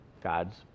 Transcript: God's